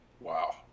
Wow